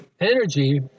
energy